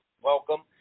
welcome